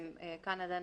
קנדה,